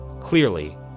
Clearly